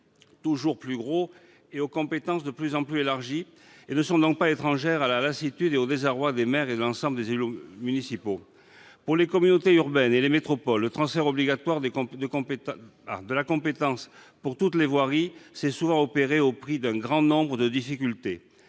toujours plus gros et aux compétences de plus en plus larges. Elles ne sont pas étrangères à la lassitude et au désarroi des maires et de l'ensemble des élus municipaux. Pour les communautés urbaines et les métropoles, le transfert obligatoire de la compétence pour toutes les voiries s'est souvent opéré au prix d'un grand nombre de difficultés.